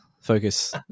Focus